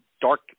dark